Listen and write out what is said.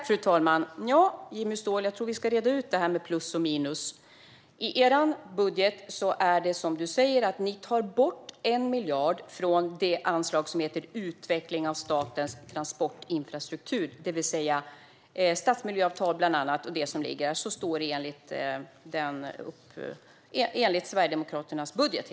Fru talman! Jimmy Ståhl! Jag tror att vi ska reda ut detta med plus och minus. I er budget tar ni, som du säger, bort 1 miljard från anslaget Utveckling av statens transportinfrastruktur , det vill säga bland annat stadsmiljöavtal och det som ligger där. Detta är enligt Sverigedemokraternas budget.